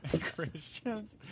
Christians